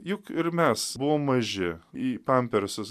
juk ir mes buvom maži į pampersus